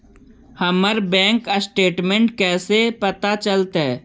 हमर bank statement कैसे पता चलतै?